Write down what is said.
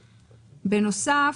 בנוסף,